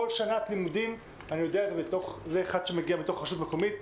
בכל שנת לימודים אני יודע כמי שמגיע מתוך רשות מקומית,